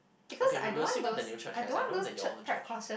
okay we will we will see what the new church has I know that your old church